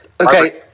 Okay